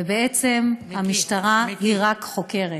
ובעצם המשטרה רק חוקרת.